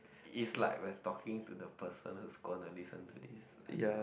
is like when talking to the person is gonna listen to this I don't know